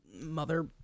Mother